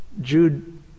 Jude